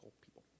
people